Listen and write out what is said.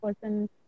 person